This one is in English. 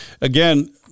again